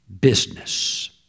business